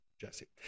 Jesse